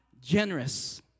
generous